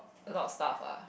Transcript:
a lot of stuff ah